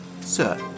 Sir